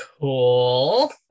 Cool